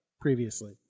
previously